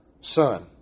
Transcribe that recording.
son